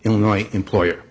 illinois employer